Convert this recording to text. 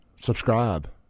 Subscribe